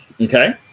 Okay